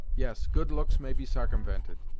yes, good looks may be sarcumvented,